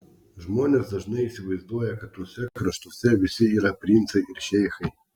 žmonės dažnai įsivaizduoja kad tuose kraštuose visi yra princai ir šeichai